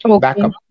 backup